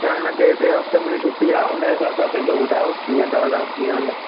न न ॿिए ॿिए हफ़्ते मुंहिंजी छुटी आहे हुन हिसाब सां पंहिंजो ॿुधायो कीअं अथव कीअं हल